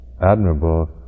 admirable